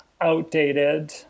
outdated